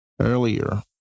earlier